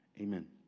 amen